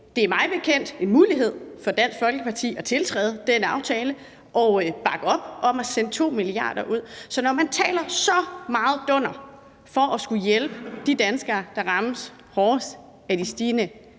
det er mig bekendt muligt for Dansk Folkeparti at tiltræde den aftale og bakke op om at sende 2 mia. kr. ud. Så når man taler så meget dunder over for at skulle hjælpe de danskere, der rammes hårdest af de stigende